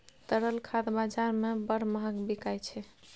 तरल खाद बजार मे बड़ महग बिकाय छै